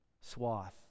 swath